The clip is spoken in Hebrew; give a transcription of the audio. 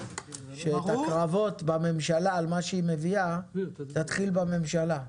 שאת הקרבות בממשלה על מה שהיא מביאה תתחיל בממשלה.